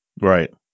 Right